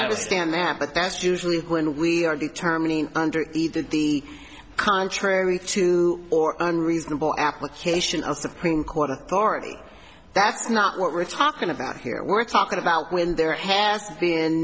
understand that but that's usually when we are determining under the that the contrary to or unreasonable application of supreme court authority that's not what we're talking about here we're talking about when there has